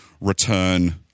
return